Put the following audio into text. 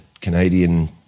Canadian –